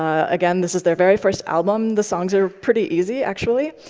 um again, this is their very first album. the songs are pretty easy, actually.